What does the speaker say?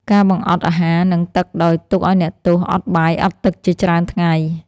ការបង្អត់អាហារ និងទឹកដោយទុកឱ្យអ្នកទោសអត់បាយអត់ទឹកជាច្រើនថ្ងៃ។